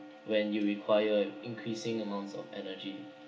when you require increasing amounts of energy